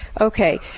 Okay